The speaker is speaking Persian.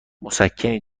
مسکنی